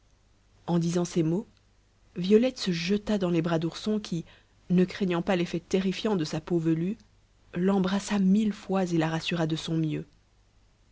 en disant ces mots violette se jeta dans les bras d'ourson qui ne craignant pas l'effet terrifiant de sa peau velue l'embrassa mille fois et la rassura de son mieux